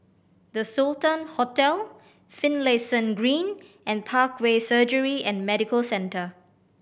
The Sultan Hotel Finlayson Green and Parkway Surgery and Medical Centre